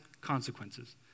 consequences